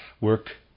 work